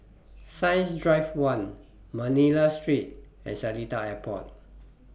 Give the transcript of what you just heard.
Science Drive one Manila Street and Seletar Airport